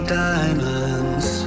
diamonds